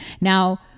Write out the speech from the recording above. Now